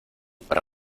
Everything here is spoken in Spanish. para